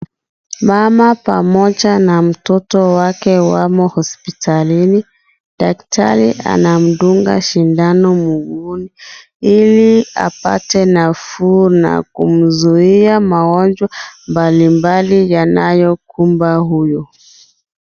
Mama pamoja na mtoto wake wamo hospitalini, daktari anamdunga shindano mguuni ili apate nafuu na kumzuia magonjwa mbalimbali yanyokumba huyu.